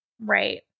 Right